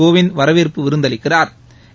கோவிந்த் வரவேற்பு விருந்தளிக்கிறாா்